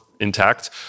intact